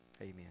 amen